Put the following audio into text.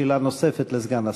שאלה נוספת לסגן השר.